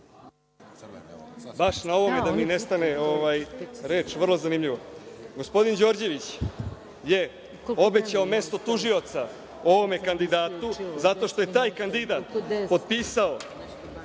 Baš na ovome da mi ne stane reč, vrlo zanimljivo. Gospodin Đorđević je obećao mesto tužioca ovome kandidatu, zato što je taj kandidat potpisao